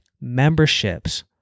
memberships